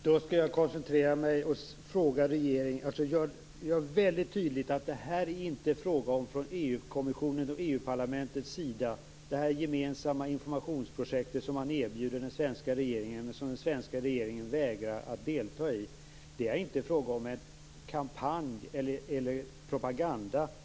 Fru talman! Jag skall koncentrera mig i denna fråga. Det är tydligt att det gemensamma informationsprojekt som EU-kommissionen och EU-parlamentet erbjuder den svenska regeringen att delta i, vilket den svenska regeringen vägrar, inte har karaktären av kampanj eller propaganda.